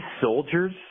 soldiers